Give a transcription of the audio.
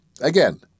Again